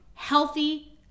healthy